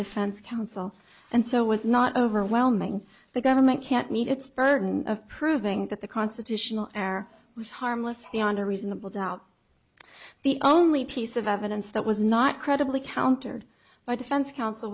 defense counsel and so was not overwhelming the government can't meet its burden of proving that the constitutional error was harmless beyond a reasonable doubt the only piece of evidence that was not credibly countered by defense counsel